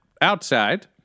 outside